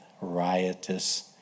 riotous